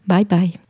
Bye-bye